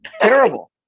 Terrible